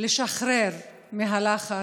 לשחרר לחץ,